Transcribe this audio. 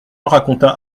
raconta